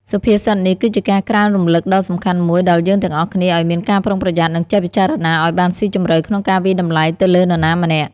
សុភាសិតនេះគឺជាការក្រើនរំលឹកដ៏សំខាន់មួយដល់យើងទាំងអស់គ្នាឲ្យមានការប្រុងប្រយ័ត្ន និងចេះពិចារណាឲ្យបានស៊ីជម្រៅក្នុងការវាយតម្លៃទៅលើនរណាម្នាក់។